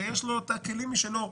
ויש לו כלים משלו,